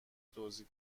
توزیع